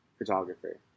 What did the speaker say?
photographer